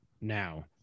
Now